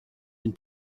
une